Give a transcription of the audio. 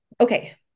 Okay